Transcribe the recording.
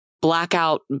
blackout